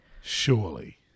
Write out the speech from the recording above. Surely